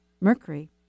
Mercury